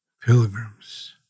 Pilgrims